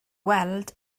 weld